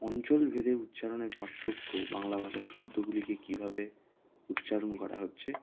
অঞ্চল ভেদে উচ্চারণের পার্থক্য বাংলা ভাষার শব্দগুলিকে কীভাবে উচ্চারণ করা হচ্ছে